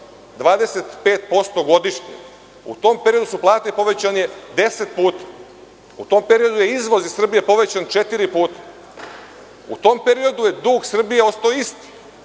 25% godišnje. U tom periodu su plate povećane deset puta. U tom periodu je izvoz iz Srbije povećan četiri puta. U tom periodu je dug Srbije ostao isti